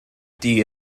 die